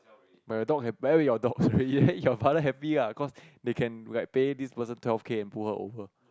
but your dog have bury your dog already eh your father happy lah cause they can like pay this person twelve K and pull her over